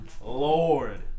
Lord